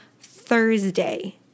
Thursday